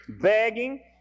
begging